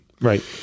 Right